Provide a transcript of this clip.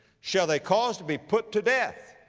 shall they cause to be put to death.